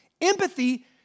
Empathy